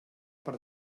per